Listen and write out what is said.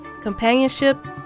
companionship